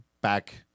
back